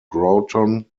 groton